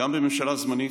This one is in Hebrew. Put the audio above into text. גם בממשלה זמנית,